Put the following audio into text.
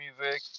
music